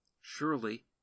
Surely